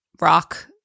rock